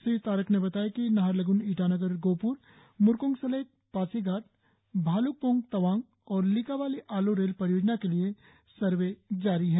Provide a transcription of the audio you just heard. श्री तारक ने बताया कि नाहरलग्न ईटानगर गोहप्र म्रकोंगसेलेक पासीघाट भालुकपोंग तवांग और लिकाबाली आलो रेल परियोजना के लिए सर्वे जारी है